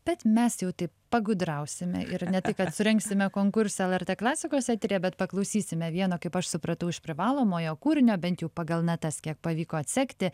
bet mes jau taip pagudrausime ir ne tai kad surengsime konkursą lrt klasikos eteryje bet paklausysime vieno kaip aš supratau iš privalomojo kūrinio bent jau pagal natas kiek pavyko atsekti